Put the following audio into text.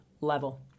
level